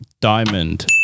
diamond